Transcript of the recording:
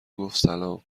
گفتسلام